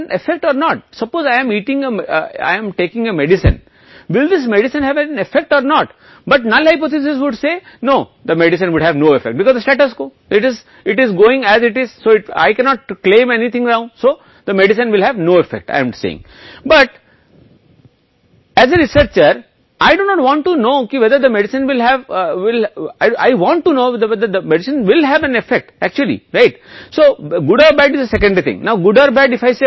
क्योंकि यथास्थिति यह चल रही है इसलिए मैं कुछ भी दावा नहीं कर सकता इसलिए दवा नहीं होगी दवा के साथ जानना चाहते हैं कि वास्तव में इसका प्रभाव कितना अच्छा या बुरा होगा बात अब अच्छी है या बुरी अगर मैं कहता हूं कि क्या होगा तो यह दो दिशाओं को कह सकता है इसलिए यह यह बाएं ओर अच्छा हो सकता है दाईं ओर खराब हो सकता है